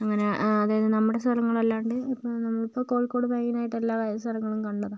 അങ്ങനെ അതായത് നമ്മുടെ സ്ഥലങ്ങളലാണ്ട് ഇപ്പോൾ നമ്മ കോഴിക്കോട് മെയിനായിട്ട് എല്ലാ സ്ഥലങ്ങളും കണ്ടതാണ്